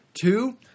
two